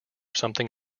something